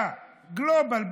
בגלובל,